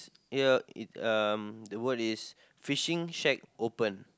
ya it um the word is fishing shack open